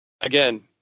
again